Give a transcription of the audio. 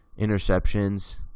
interceptions